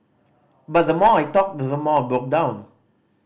but the more I talked the more I broke down